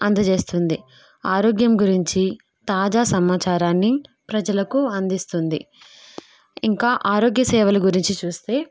అందజేస్తుంది ఆరోగ్యం గురించి తాజా సమాచారాన్ని ప్రజలకు అందిస్తుంది ఇంకా ఆరోగ్య సేవల గురించి చూస్తే